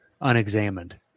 unexamined